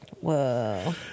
Whoa